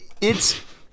It's-